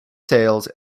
sales